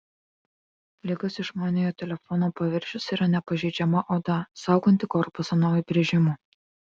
lygus išmaniojo telefono paviršius yra nepažeidžiama oda sauganti korpusą nuo įbrėžimų